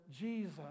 Jesus